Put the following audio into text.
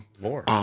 More